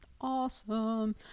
awesome